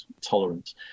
tolerance